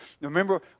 Remember